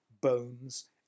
bones